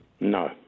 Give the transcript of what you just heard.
No